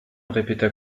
répéta